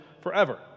forever